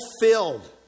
filled